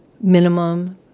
minimum